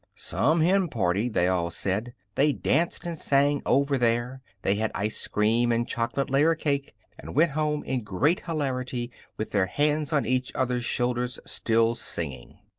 some hen party! they all said. they danced, and sang over there. they had ice cream and chocolate layer cake and went home in great hilarity, with their hands on each other's shoulders, still singing.